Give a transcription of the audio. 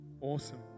Awesome